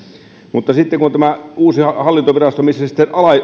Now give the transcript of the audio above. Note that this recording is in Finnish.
niin sitten kun on tämä uusi hallintovirasto missä se sitten